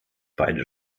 beide